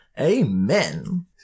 Amen